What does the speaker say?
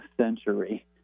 century